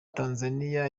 tanzania